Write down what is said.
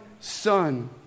son